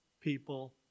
people